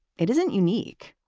it isn't unique